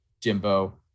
Jimbo